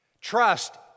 trust